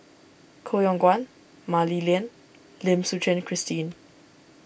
Koh Yong Guan Mah Li Lian Lim Suchen Christine